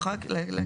להקריא שוב?